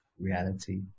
reality